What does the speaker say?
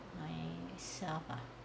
myself ah